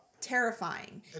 Terrifying